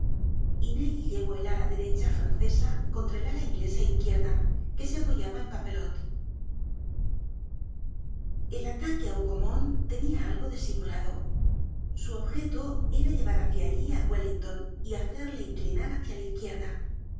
y ney llevó el ala derecha francesa contra el ala inglesa izquierda que se apoyaba en papelotte el ataque á hougomont tenia algo de simulado su objeto era llevar hácia allí á wellington y hacerle inclinar hácia la izquierda